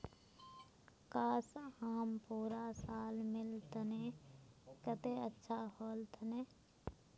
काश, आम पूरा साल मिल तने कत्ते अच्छा होल तने